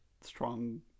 strong